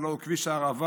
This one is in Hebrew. הלוא הוא כביש הערבה.